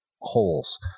holes